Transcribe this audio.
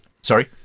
sorry